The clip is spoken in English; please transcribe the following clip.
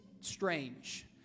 strange